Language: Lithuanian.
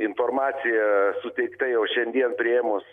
informacija suteikta jau šiandien priėmus